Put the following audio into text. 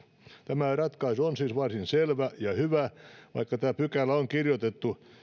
tämä ratkaisu on siis varsin selvä ja hyvä vaikka tämä pykälä on kirjoitettu